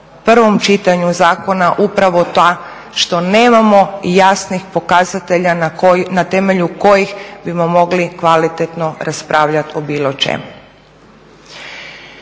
prvom čitanju zakona upravo ta što nemamo jasnih pokazatelja na temelju kojih bismo mogli kvalitetno raspravljat o bilo čemu.